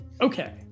Okay